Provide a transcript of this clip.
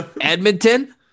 Edmonton